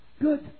good